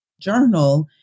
journal